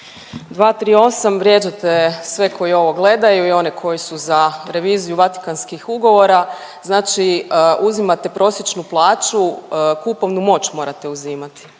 238. vrijeđate sve one koji ovo gledaju i oni koji su za reviziju Vatikanskih ugovora. Znači uzimate prosječnu plaću, kupovnu moć morate uzimati,